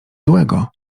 złego